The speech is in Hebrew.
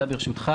תשפה.